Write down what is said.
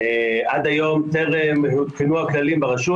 עד היום טרם עודכנו הכללים ברשות.